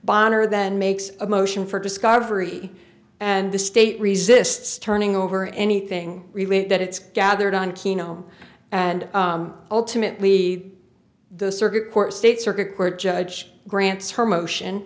honor then makes a motion for discovery and the state resists turning over anything that it's gathered on keno and ultimately the circuit court state circuit court judge grants her motion